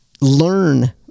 learn